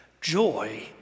Joy